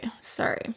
sorry